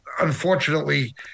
unfortunately